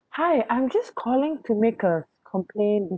hi I'm just calling to make a complaint